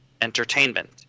entertainment